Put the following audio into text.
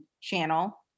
channel